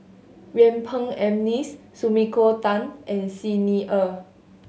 Yuen Peng McNeice Sumiko Tan and Xi Ni Er